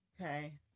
Okay